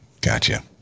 gotcha